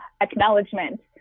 acknowledgement